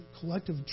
collective